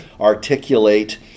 articulate